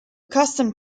custom